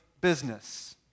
business